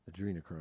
Adrenochrome